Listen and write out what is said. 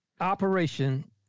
operation